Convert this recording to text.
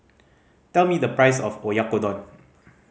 tell me the price of Oyakodon